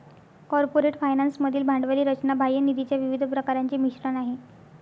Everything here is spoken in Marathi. कॉर्पोरेट फायनान्स मधील भांडवली रचना बाह्य निधीच्या विविध प्रकारांचे मिश्रण आहे